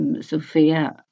Sophia